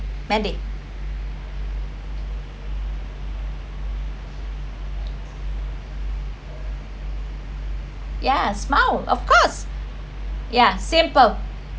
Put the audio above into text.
mandy yeah smile of course ya simple